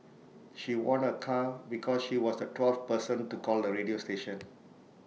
she won A car because she was the twelfth person to call the radio station